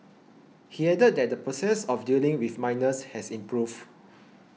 he added that the process of dealing with minors has improved